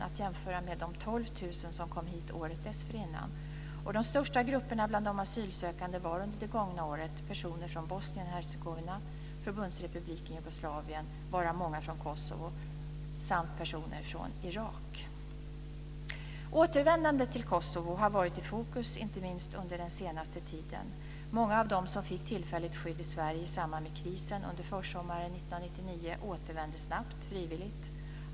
att jämföra med de 12 000 som kom hit året dessförinnan. De största grupperna bland de asylsökande var under det gångna året personer från Bosnien och Hercegovina, Förbundsrepubliken Jugoslavien, varav många från Kosovo, samt personer från Irak. Återvändandet till Kosovo har varit i fokus inte minst under den senaste tiden. Många av dem som fick tillfälligt skydd i Sverige i samband med krisen under försommaren 1999 återvände snabbt frivilligt.